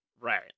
Right